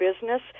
business